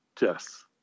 Yes